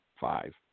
five